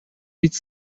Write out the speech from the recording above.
ведь